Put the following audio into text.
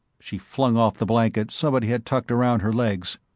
she flung off the blanket somebody had tucked around her legs.